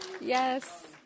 Yes